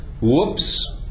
whoops